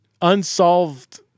unsolved